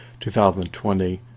2020